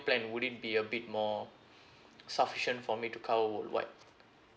plan would it be a bit more sufficient for me to cover worldwide